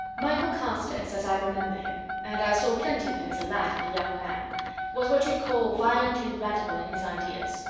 michael carstairs, as i remember him and i saw plenty of him as a lad and a young man was what you'd call violently radical in his ideas.